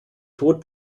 tod